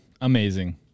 Amazing